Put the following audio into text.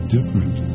different